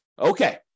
Okay